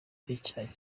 icyaha